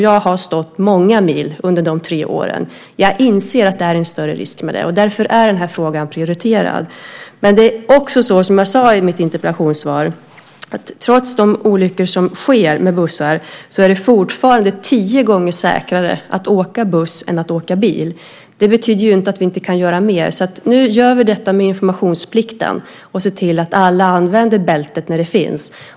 Jag har stått i många mil under de tre åren. Jag inser att det är en större risk med det, och därför är frågan prioriterad. Men som jag sade i mitt interpellationssvar är det fortfarande, trots de olyckor som sker med bussar, tio gånger säkrare att åka buss än att åka bil. Det betyder inte att vi inte kan göra mer. Nu gör vi detta med informationsplikten, och ser till så att alla använder bältet när det finns.